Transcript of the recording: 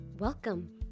Welcome